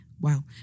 wow